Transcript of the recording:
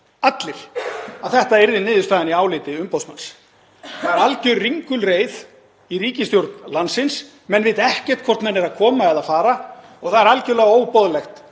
allir — að þetta yrði niðurstaðan í áliti umboðsmanns. Það er alger ringulreið í ríkisstjórn landsins. Menn vita ekkert hvort menn eru að koma eða fara. Og það er algerlega óboðlegt